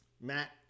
Matt